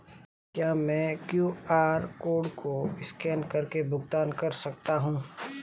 क्या मैं QR code को स्कैन करके भुगतान कर सकता हूं?